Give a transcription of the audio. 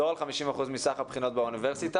ולא על 50 אחוזים מסך הבחינות באוניברסיטה.